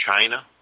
China